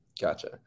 Gotcha